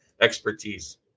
expertise